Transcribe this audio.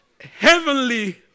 Heavenly